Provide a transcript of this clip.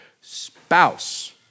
spouse